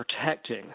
protecting